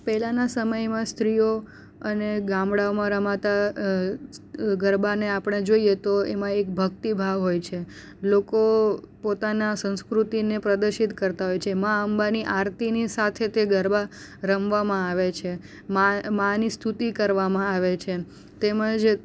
પહેલાનાં સમયમાં સ્ત્રીઓ અને ગામડાઓમાં રમાતા ગરબાને આપણે જોઈએ તો એમાં એક ભક્તિભાવ હોય છે લોકો પોતાનાં સંસ્કૃતિને પ્રદર્શિત કરતા હોય છે મા અંબાની આરતીની સાથે તે ગરબા રમવામાં આવે છે માની સ્તુતિ કરવામાં આવે છે તેમજ